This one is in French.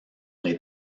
les